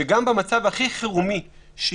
(היו"ר קארין אלהרר,